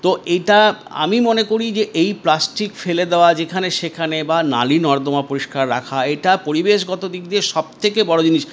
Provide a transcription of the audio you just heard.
তো এটা আমি মনে করি যে এই প্লাস্টিক ফেলে দেওয়া যেখানে সেখানে বা নালী নর্দমা পরিষ্কার রাখা এটা পরিবেশগত দিক দিয়ে সবথেকে বড়ো জিনিস